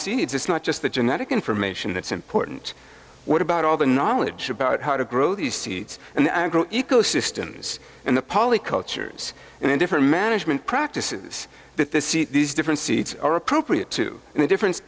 seeds it's not just the genetic information that's important what about all the knowledge about how to grow these seeds and ecosystems and the poly cultures and different management practices that this these different seeds are appropriate to and the different